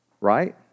right